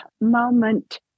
moment